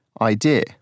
idea